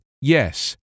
Yes